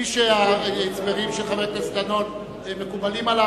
מי שההסברים של חבר הכנסת דנון מקובלים עליו,